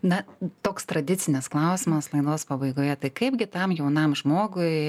na toks tradicinis klausimas laidos pabaigoje tai kaipgi tam jaunam žmogui